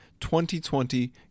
2020